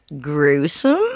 gruesome